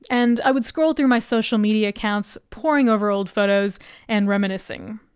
and i would scroll through my social media accounts, pouring over old photos and reminiscing.